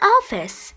Office